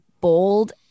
bold